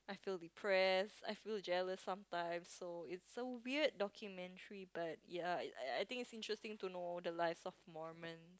I feel depressed I feel jealous sometimes so it's a weird documentary but ya I I think it's interesting to know the lives of Mormon